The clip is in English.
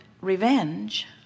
revenge